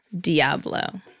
Diablo